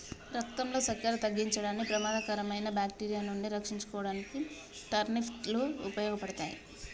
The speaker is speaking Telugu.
రక్తంలో సక్కెర తగ్గించడానికి, ప్రమాదకరమైన బాక్టీరియా నుండి రక్షించుకోడానికి టర్నిప్ లు ఉపయోగపడతాయి